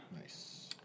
Nice